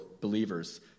believers